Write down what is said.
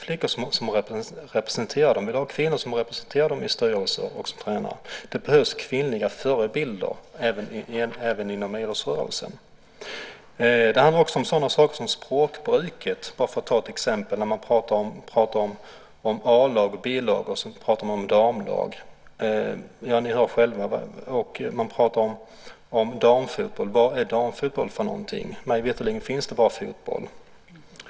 Flickor vill ha kvinnor som representerar dem i styrelser och som tränare. Det behövs kvinnliga förebilder även inom idrottsrörelsen. Det handlar också om sådana saker som språkbruket, bara för att ta ett exempel. Man pratar om A-lag och B-lag och så pratar man om damlag - ja, ni hör själva! Man pratar om damfotboll. Vad är damfotboll för någonting? Mig veterligen finns det bara fotboll.